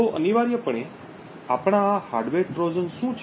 તો અનિવાર્યપણે આપણા આ હાર્ડવેર ટ્રોજન શું છે